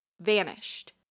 vanished